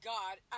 God